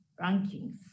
rankings